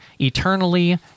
eternally